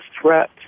threat